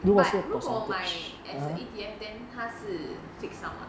but 如果买 as an E_T_F then 他是 fix sum ah